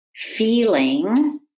feeling